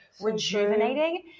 rejuvenating